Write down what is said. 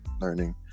learning